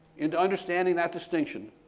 into understanding that distinction,